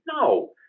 No